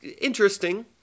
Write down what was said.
interesting